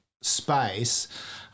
space